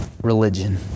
religion